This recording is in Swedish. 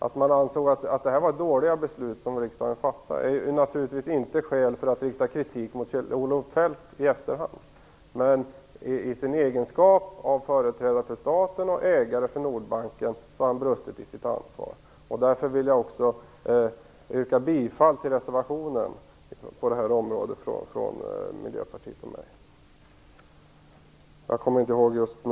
Att man ansåg att de beslut som riksdagen fattade var dåliga är naturligtvis inte skäl för att rikta kritik mot Kjell-Olof Feldt i efterhand. I sin egenskap av företrädare för staten och ägare för Nordbanken har han brustit i ansvar. Därför vill jag yrka bifall till reservationen.